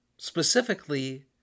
specifically